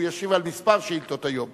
והוא ישיב על כמה שאילתות היום,